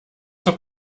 zur